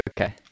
Okay